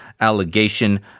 allegation